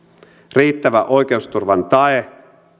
riittävä oikeusturvan tae